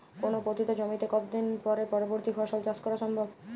কোনো পতিত জমিতে কত দিন পরে পরবর্তী ফসল চাষ করা সম্ভব?